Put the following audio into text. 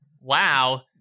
Wow